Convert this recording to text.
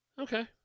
okay